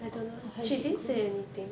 or or how is it growing